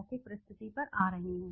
अब मौखिक प्रस्तुति पर आ रहे हैं